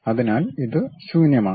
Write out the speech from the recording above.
അതിനാൽ ഇത് ശൂന്യമാണ്